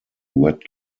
wet